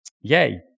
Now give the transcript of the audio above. Yay